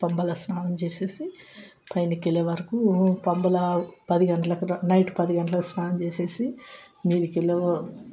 పంపలో స్నానం చేసి పైన వెళ్ళే వరకు పంపలో పది గంటలకు నైట్ పది గంటలకు స్నానం చేసి దీనికి